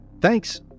Thanks